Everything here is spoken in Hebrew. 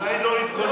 אולי לא עדכנו את,